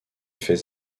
faits